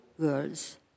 girls